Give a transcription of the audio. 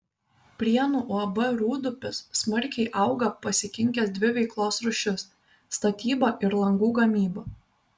prienų uab rūdupis smarkiai auga pasikinkęs dvi veiklos rūšis statybą ir langų gamybą